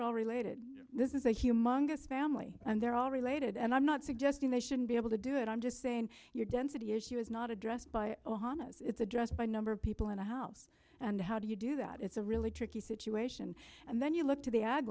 all related this is a humongous family and they're all related and i'm not suggesting they shouldn't be able to do it i'm just saying your density issue is not addressed by ohana as it's addressed by a number of people in the house and how do you do that it's a really tricky situation and then you look to the